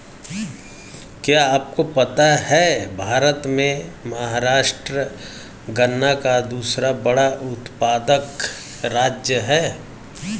क्या आपको पता है भारत में महाराष्ट्र गन्ना का दूसरा बड़ा उत्पादक राज्य है?